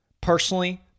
personally